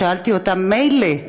שאלתי אותם: מילא,